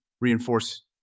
reinforce